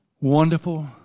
Wonderful